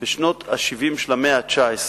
בשנות ה-70 של המאה ה-19.